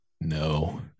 No